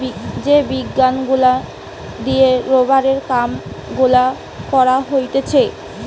যে বিজ্ঞান গুলা দিয়ে রোবারের কাম গুলা করা হতিছে